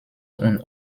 und